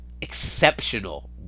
exceptional